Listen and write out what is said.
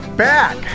back